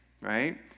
right